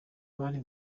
bari